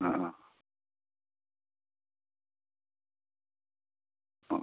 ആ ആ